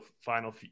final